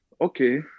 okay